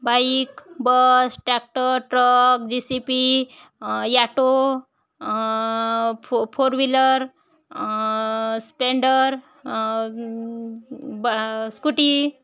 bike bus tractor truck JCB याटो फो four wheeler Splendor बा scooty